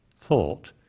thought